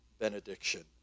benediction